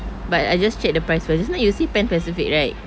but I just check the price first just now you say Pan Pacific right